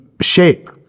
shape